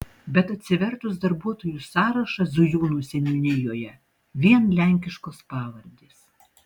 bet atsivertus darbuotojų sąrašą zujūnų seniūnijoje vien lenkiškos pavardes